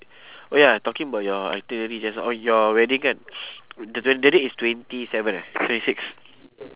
oh ya talking about your itinerary just now on your wedding kan the the the date is twenty seven eh twenty six